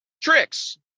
tricks